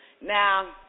now